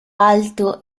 alto